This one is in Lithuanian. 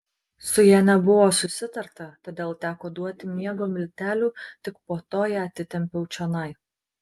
su ja nebuvo susitarta todėl teko duoti miego miltelių tik po to ją atitempiau čionai